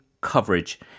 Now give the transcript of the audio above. coverage